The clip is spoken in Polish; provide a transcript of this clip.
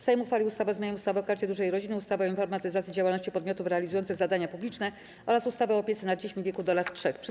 Sejm uchwalił ustawę o zmianie ustawy o Karcie Dużej Rodziny, ustawy o informatyzacji działalności podmiotów realizujących zadania publiczne oraz ustawy o opiece nad dziećmi w wieku do lat 3.